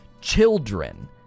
children